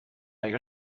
اگه